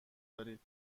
دارید